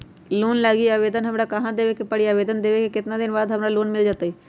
Loan लागी आवेदन हमरा कहां देवे के पड़ी और आवेदन देवे के केतना दिन बाद हमरा लोन मिल जतई?